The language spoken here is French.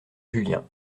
julien